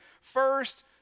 First